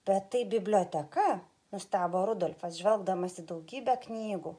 bet tai biblioteka nustebo rudolfas žvelgdamas į daugybę knygų